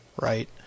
Right